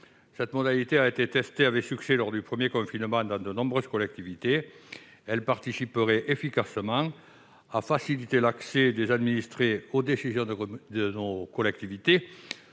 Cette modalité a été testée avec succès lors du premier confinement dans de nombreuses collectivités. Sa prolongation permettrait de faciliter l'accès des administrés aux décisions de nos collectivités.